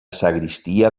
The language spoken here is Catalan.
sagristia